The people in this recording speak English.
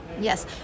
Yes